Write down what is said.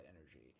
energy